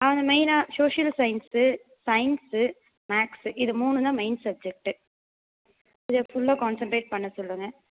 அவனை மெயின்னா social science science maths இது மூணு தான் மெயின் சப்ஜெக்ட்டு இதில் ஃபுல்லாக கான்சென்ரேட் பண்ண சொல்லுங்கள்